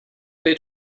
did